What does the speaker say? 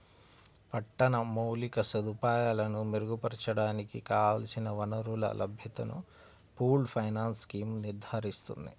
పట్టణ మౌలిక సదుపాయాలను మెరుగుపరచడానికి కావలసిన వనరుల లభ్యతను పూల్డ్ ఫైనాన్స్ స్కీమ్ నిర్ధారిస్తుంది